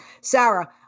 Sarah